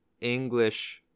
English